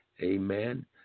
Amen